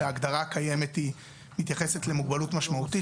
שההגדרה הקיימת היא מתייחסת למוגבלות משמעותית